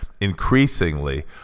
increasingly